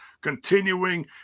continuing